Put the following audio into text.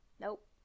Nope